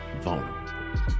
vulnerable